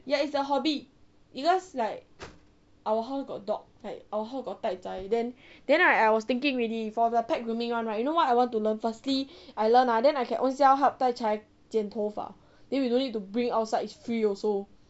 ya it's a hobby because like our house got dog like our house got zai zai then right then I was thinking already for the pet grooming [one] right you know what I want to learn firstly I learn ah then I can ownself help zai zai 剪头发 then we don't need to bring outside it's free also